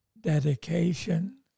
dedication